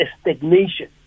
stagnation